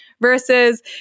Versus